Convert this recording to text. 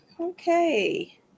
Okay